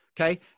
Okay